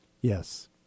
Yes